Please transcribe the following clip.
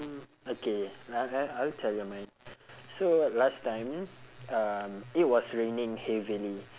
okay I'll I'll I will tell you mine so last time um it was raining heavily